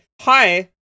hi